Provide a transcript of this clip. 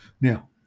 Now